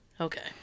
Okay